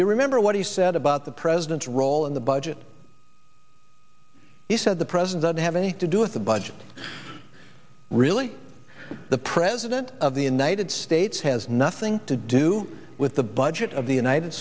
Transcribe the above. to remember what he said about the president's role in the budget he said the president doesn't have any to do with the budget really the president of the united states has nothing to do with the budget of the united